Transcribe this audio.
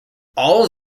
all